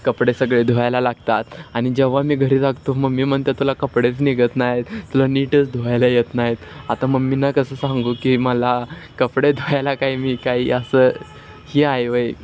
कपडे सगळे धुवायला लागतात आणि जेव्हा मी घरी लागतो मम्मी म्हणतात तुला कपडेच निघत नाहीत तुला नीटच धुवायला येत नाहीत आता मम्मीना कसं सांगू की मला कपडे धुवायला काही मी काही असं ही आहे होय